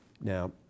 Now